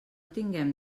tinguem